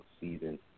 season